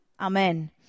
Amen